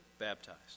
baptized